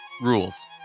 Rules